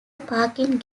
parking